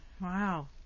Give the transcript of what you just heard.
wow